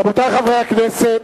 רבותי חברי הכנסת,